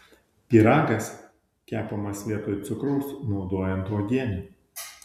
pyragas kepamas vietoj cukraus naudojant uogienę